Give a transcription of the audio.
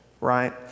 right